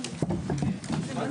16:04.